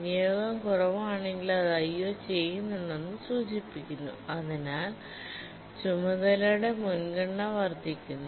വിനിയോഗം കുറവാണെങ്കിൽ അത് IO ചെയ്യുന്നുണ്ടെന്ന് സൂചിപ്പിക്കുന്നു അതിനാൽ ചുമതലയുടെ മുൻഗണന വർദ്ധിക്കുന്നു